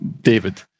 David